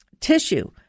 tissue